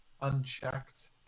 unchecked